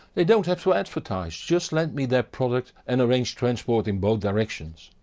they don't have to advertise, just lend me their product and arrange transport in both directions.